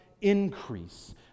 increase